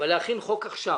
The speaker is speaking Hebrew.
אבל להכין חוק עכשיו